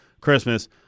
Christmas